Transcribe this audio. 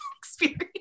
experience